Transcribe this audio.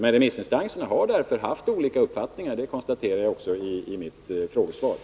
Men remissinstanserna har haft olika uppfattningar — det konstaterar jag också i mitt svar på frågan.